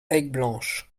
aigueblanche